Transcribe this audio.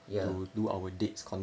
ya